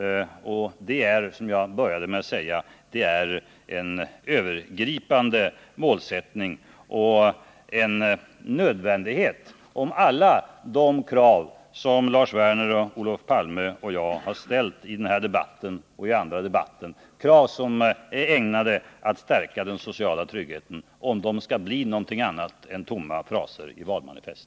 Det är, som jag började med att säga, en övergripande målsättning och en nödvändighet, om alla de krav som Lars Werner, Olof Palme och jag har ställt i den här debatten och i andra debatter, krav som är ägnade att stärka den sociala tryggheten, skall bli någonting annat än tomma fraser i valmanifest.